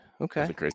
okay